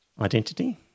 identity